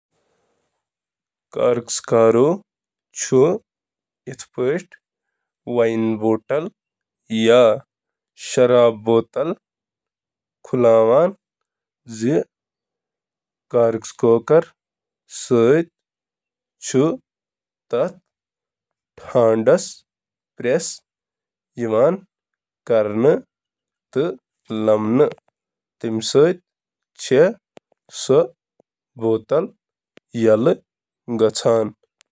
اکھ کارکسکرو چُھ کارکس منٛز موڑ دِتھ تہٕ کارکس زبردستی نیبر نیرنہٕ خٲطرٕ لیورن پیٹھ زور دِتھ شرابچ بوتل کھولان: